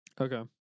Okay